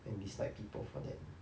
and dislike people for that